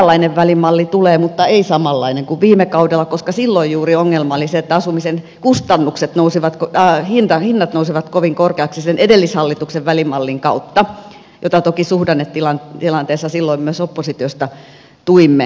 eräänlainen välimalli tulee mutta ei samanlainen kuin viime kaudella koska silloin juuri ongelma oli se että asumisen hinta nousi kovin korkeaksi sen edellishallituksen välimallin kautta jota toki suhdannetilanteessa silloin myös oppositiosta tuimme